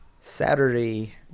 Saturday